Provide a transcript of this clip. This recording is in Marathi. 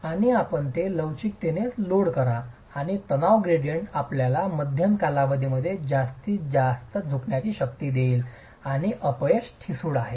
आणि आपण ते लवचिकतेने लोड करा आणि तणाव ग्रेडियंट आपल्याला मध्यम कालावधीमध्ये जास्तीत जास्त झुकण्याची शक्यता देईल आणि अपयश ठिसूळ आहे